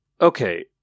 okay